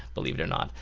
believe it or not.